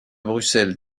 bruxelles